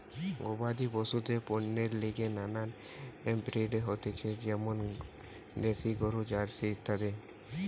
গবাদি পশুদের পণ্যের লিগে নানান ব্রিড হতিছে যেমন দ্যাশি গরু, জার্সি ইত্যাদি